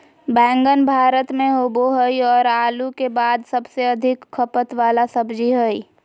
बैंगन भारत में होबो हइ और आलू के बाद सबसे अधिक खपत वाला सब्जी हइ